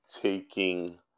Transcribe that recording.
taking